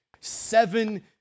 seven